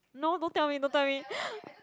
no don't tell me don't tell me